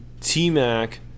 T-Mac –